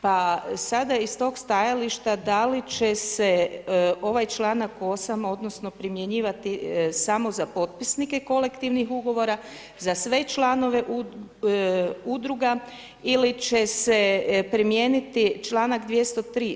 Pa sada iz toga stajališta da li će se ovaj čl. 8. odnosno primjenjivati samo za potpisnike Kolektivnih ugovora, za sve članove Udruga ili će se primijeniti čl. 203.